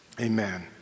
amen